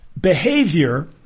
behavior